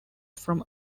from